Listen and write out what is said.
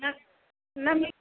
ಹಾಂ ನಮಗೆ